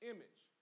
Image